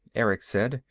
erick said.